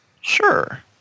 Sure